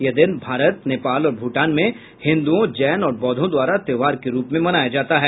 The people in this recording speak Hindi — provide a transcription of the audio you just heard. यह दिन भारत नेपाल और भूटान में हिंदुओं जैन और बौद्वों द्वारा त्योहार के रूप में मनाया जाता है